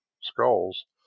skulls